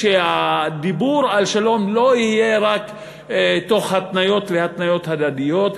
שהדיבור על שלום לא יהיה רק תוך התניות והתניות הדדיות,